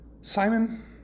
Simon